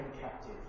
captive